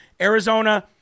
Arizona